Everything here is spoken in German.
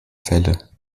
fälle